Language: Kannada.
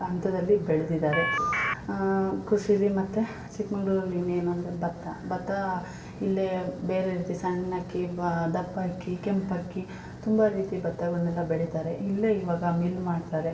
ಹಂತದಲ್ಲಿ ಬೆಳ್ದಿದ್ದಾರೆ ಕೃಷಿಲಿ ಮತ್ತು ಚಿಕ್ಕಮಂಗ್ಳೂರಲ್ಲಿ ಇನ್ನೇನು ಅಂದರೆ ಭತ್ತ ಭತ್ತ ಇಲ್ಲೇ ಬೇರೆ ರೀತಿ ಸಣ್ಣ ಅಕ್ಕಿ ಬಾ ದಪ್ಪ ಅಕ್ಕಿ ಕೆಂಪಕ್ಕಿ ತುಂಬ ರೀತಿಯ ಭತ್ತಗಳನ್ನೆಲ್ಲ ಬೆಳೀತಾರೆ ಇಲ್ಲೇ ಇವಾಗ ಮಿಲ್ ಮಾಡ್ತಾರೆ